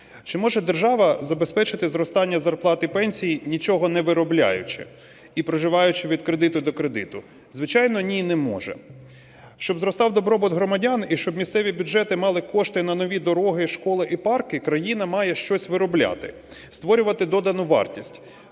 Чи може держава забезпечити зростання зарплат і пенсій, нічого не виробляючи і проживаючи від кредиту до кредиту? Звичайно, ні, не може. Щоб зростав добробут громадян і щоб місцеві бюджети мали кошти на нові дороги, школи і парки, країна має щось виробляти, створювати додану вартість,